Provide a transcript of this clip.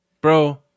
Bro